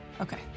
Okay